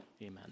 Amen